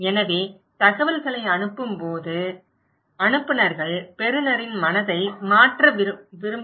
எனவே தகவல்களை அனுப்பும்போது அனுப்புநர்கள் பெறுநரின் மனதை மாற்ற விரும்புகிறார்கள்